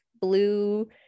blue